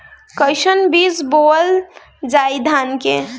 कईसन बीज बोअल जाई धान के?